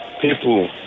people